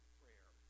prayer